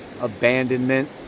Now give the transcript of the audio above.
abandonment